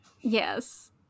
Yes